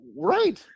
Right